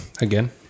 again